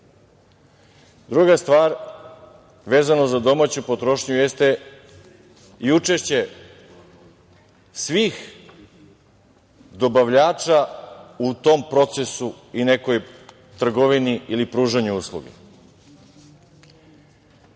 stvar, vezano za domaću potrošnju jeste i učešće svih dobavljača u tom procesu i nekoj trgovini ili pružanju usluge.